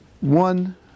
one